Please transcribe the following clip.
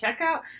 checkout